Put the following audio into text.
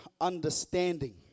understanding